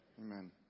Amen